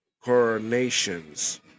coronations